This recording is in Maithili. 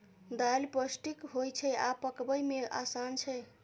दालि पौष्टिक होइ छै आ पकबै मे आसान छै